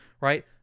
right